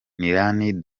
nillan